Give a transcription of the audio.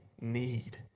need